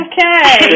Okay